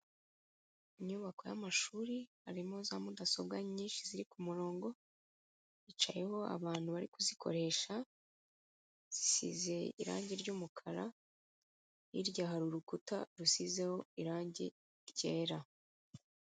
Inyubako y'amashuri harimo za mudasobwa nyinshi ziri ku murongo, hicayeho abantu bari kuzikoresha, zisize irange ry'umukara, hirya hari urukuta rusizeho irange ryera.